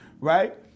right